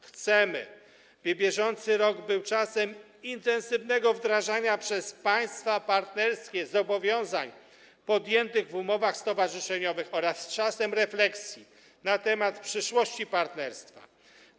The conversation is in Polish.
Chcemy, by bieżący rok był czasem intensywnego wdrażania przez państwa partnerskie zobowiązań podjętych w umowach stowarzyszeniowych oraz czasem refleksji na temat przyszłości Partnerstwa Wschodniego.